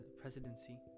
presidency